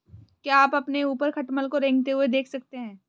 क्या आप अपने ऊपर खटमल को रेंगते हुए देख सकते हैं?